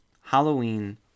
Halloween